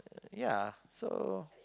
ya so